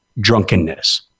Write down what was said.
drunkenness